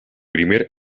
primer